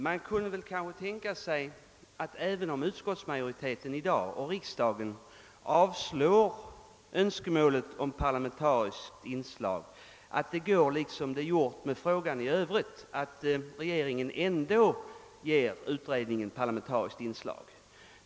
Man kunde kanske tänka sig att även utskottsmajoriteten och riksdagen i dag går emot önskemålet om parlamentariskt inslag går det som det nu gjort med frågan i övrigt — att regeringen ändå ger utredningen parlamentariskt inslag.